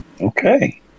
Okay